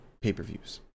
pay-per-views